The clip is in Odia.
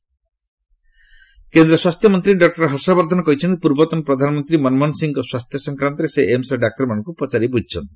ବଦ୍ଧନ ମନମୋହନ କେନ୍ଦ୍ର ସ୍ୱାସ୍ଥ୍ୟମନ୍ତ୍ରୀ ଡକ୍ର ହର୍ଷବର୍ଦ୍ଧନ କହିଛନ୍ତି ପୂର୍ବତନ ପ୍ରଧାନମନ୍ତ୍ରୀ ମନମୋହନ ସିଂହଙ୍କ ସ୍ୱାସ୍ଥ୍ୟ ସଂକ୍ରାନ୍ତରେ ସେ ଏମ୍ସର ଡାକ୍ତରମାନଙ୍କୁ ପଚାରି ବୁଝିଛନ୍ତି